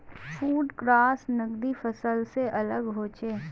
food crops नगदी फसल से अलग होचे